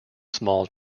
small